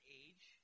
age